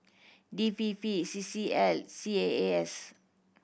D P P C C L C A A S